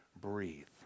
breathe